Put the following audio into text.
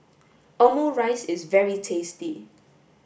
omurice is very tasty